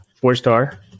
four-star